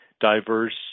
diverse